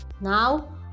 Now